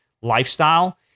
lifestyle